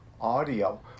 audio